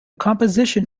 composition